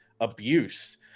abuse